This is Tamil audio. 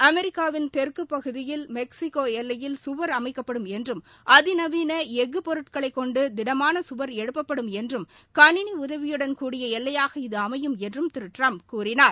அமெிக்காவின் தெற்கு பகுதியில் மெக்ஸிகோ எல்லையில் குவர் அமைக்கப்படும் என்றும் பொருட்களைக் கொண்டு திடமான சுவர் எழுப்பப்படும் என்றும் கணினி அதிநவீன எஃகு உதவியுடன்கூடிய எல்லையாக இது அமையும் என்றும் திரு ட்டிம்ப் கூறினார்